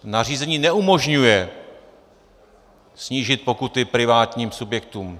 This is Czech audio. Nařízení neumožňuje snížit pokuty privátním subjektům.